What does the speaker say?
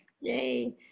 Yay